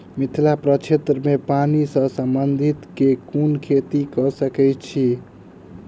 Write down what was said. मिथिला प्रक्षेत्र मे पानि सऽ संबंधित केँ कुन खेती कऽ सकै छी?